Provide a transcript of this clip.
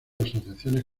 asociaciones